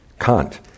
Kant